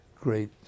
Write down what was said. great